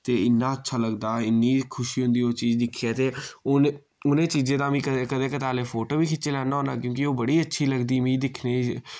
ते इन्ना अच्छा लगदा इन्नी खुशी होंदी ओह् चीज दिक्खियै ते उन उ'ने चीजें दा मि कदें कदें कताले फोटो बी खिच्ची लैन्ना होन्नां क्यूंकि ओह् बड़ी अच्छी लगदी मिं दिक्खने